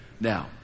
Now